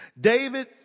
David